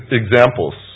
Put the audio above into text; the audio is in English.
examples